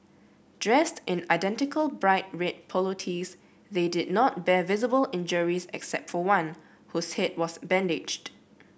dressed in identical bright red polo tees they did not bear visible injuries except for one whose head was bandaged